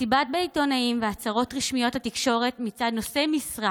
מסיבות עיתונאים והצהרות רשמיות לתקשורת מצד נושאי משרה